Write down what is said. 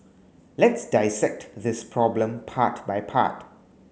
let's dissect this problem part by part